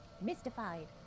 mystified